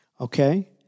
Okay